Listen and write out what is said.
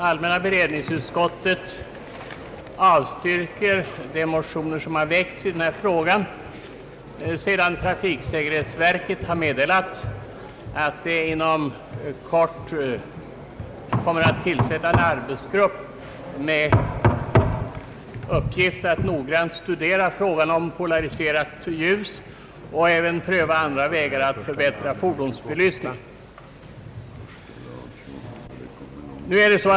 Allmänna beredningsutskottet avstyrker de motioner som väckts i den här frågan, då trafiksäkerhetsverket har meddelat att det inom kort kommer att tillsätta en arbetsgrupp med uppgift att noggrant studera användningen av polariserat ljus och även pröva andra vägar att förbättra fordonsbelysningen.